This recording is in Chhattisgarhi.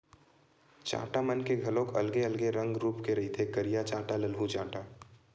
चाटा मन के घलोक अलगे अलगे रंग रुप के रहिथे करिया चाटा, ललहूँ चाटा